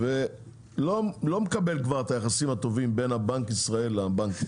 ולא מקבל כבר את היחסים הטובים בין בנק ישראל לבנקים,